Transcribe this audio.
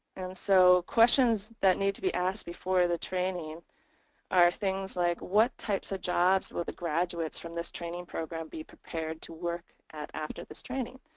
and so questions that need to be asked before the training are things like what types of jobs will the graduates from this training program be prepared to work at after this training.